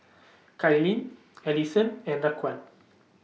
Kailyn Alyson and Raquan